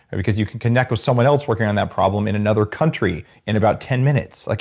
and because you could connect with someone else working on that problem in another country in about ten minutes. like